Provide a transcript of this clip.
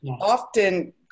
often